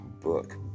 book